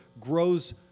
grows